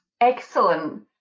Excellent